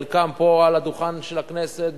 חלקם פה על הדוכן של הכנסת,